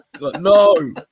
No